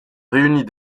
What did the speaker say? réunit